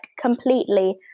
completely